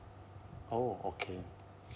oh okay